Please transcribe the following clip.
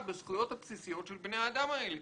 בזכויות הבסיסיות של בני האדם האלה,